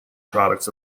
products